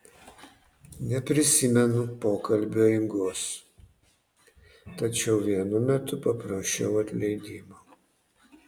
neprisimenu pokalbio eigos tačiau vienu metu paprašiau atleidimo